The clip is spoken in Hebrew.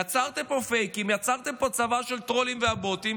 יצרתם פה פייקים, יצרתם פה צבא של טרולים ובוטים,